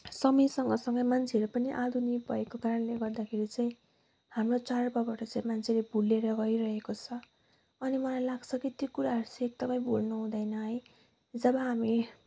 समय सँगसँगै मान्छेहरू पनि आधुनिक भएको कारणले गर्दाखेरि चाहिँ हाम्रो चाडपर्वहरू चाहिँ मान्छेले भुलेर गइरहेको छ अनि मलाई लाग्छ कि ती कुराहरू चाहिँ एकदमै भुल्न हुँदैन है जब हामी